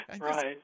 Right